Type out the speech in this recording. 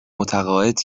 متعاقد